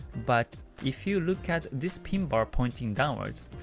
but if you look at this pin bar pointing downwards,